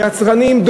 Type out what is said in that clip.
יצרנים,